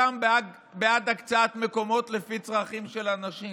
גם בעד הקצאת מקומות לפי צרכים של אנשים.